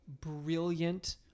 brilliant